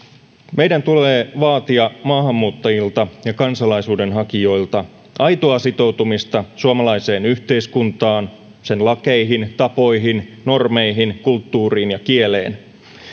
meidän tulee vaatia maahanmuuttajilta ja kansalaisuuden hakijoilta aitoa sitoutumista suomalaiseen yhteiskuntaan sen lakeihin tapoihin normeihin kulttuuriin ja kieleen